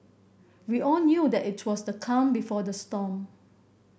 we all knew that it was the calm before the storm